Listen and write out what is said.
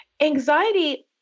Anxiety